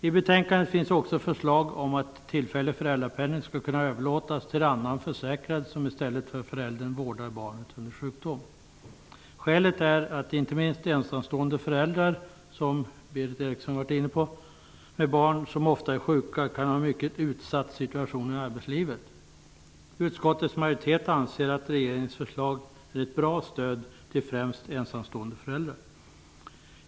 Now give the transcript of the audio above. I betänkandet finns också förslag om att tillfällig föräldrapenning skall kunna överlåtas till annan försäkrad som i stället för föräldern vårdar barnet under sjukdom. Skälet är att inte minst ensamstående föräldrar, vilket Berith Eriksson har varit inne på, med barn som ofta är sjuka kan ha en mycket utsatt situation i arbetslivet. Utskottets majoritet anser att regeringens förslag är ett bra stöd till främst ensamstående föräldrar.